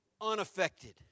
Unaffected